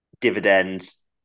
Dividends